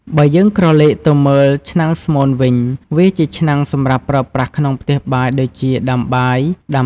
បើយើងក្រឡេកទៅមើលឆ្នាំងស្មូនវិញ វាជាឆ្នាំងសម្រាប់ប្រើប្រាស់ក្នុងផ្ទះបាយដូចជា ដាំបាយ ដាំទឹក ឬធ្វើម្ហូប។